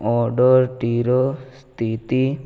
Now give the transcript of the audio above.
ଅର୍ଡ଼ର୍ଟିର ସ୍ଥିତି